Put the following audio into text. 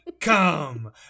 come